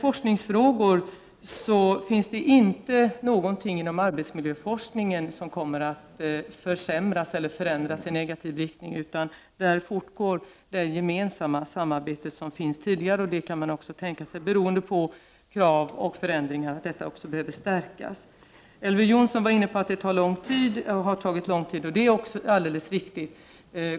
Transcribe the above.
Det finns inte någonting inom arbetsmiljöforskningen som kommer att försämras eller förändras i negativ riktning, utan där fortgår det gemen samma samarbete som finns sedan tidigare. Eventuellt behöver detta samarbete stärkas beroende på krav och förändringar. Elver Jonsson var inne på att det har tagit lång tid. Det är alldeles riktigt.